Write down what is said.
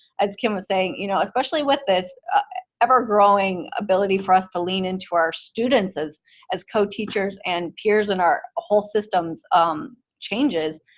as kim was saying, you know especially with this ever-growing ability for us to lean into our students as as co teachers and peers and our whole systems um changes,